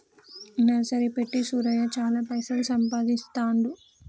nursery పెట్టి సూరయ్య చాల పైసలు సంపాదిస్తాండు